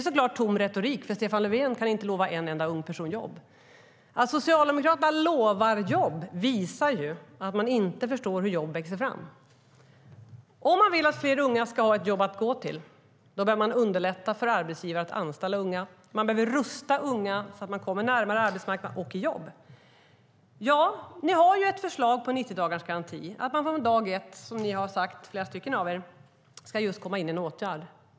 Det är tom retorik, för Stefan Löfven kan inte lova en enda ung person jobb. Att Socialdemokraterna lovar jobb visar att de inte förstår hur jobb växer fram. Vill vi att fler unga ska ha ett jobb att gå till behöver vi underlätta för arbetsgivare att anställa unga. Vi behöver rusta unga så att de kommer närmare arbetsmarknaden och i jobb. Ni har ett förslag på 90-dagarsgaranti. Från dag ett ska man komma in i en åtgärd.